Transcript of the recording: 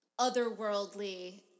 otherworldly